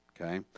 Okay